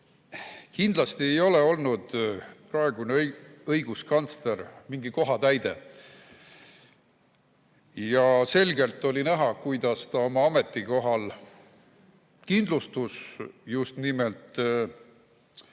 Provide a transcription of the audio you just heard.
Kindlasti ei ole olnud praegune õiguskantsler mingi kohatäide. Selgelt oli näha, kuidas ta oma ametikohal kindlustus just nimelt